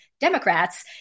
Democrats